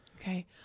Okay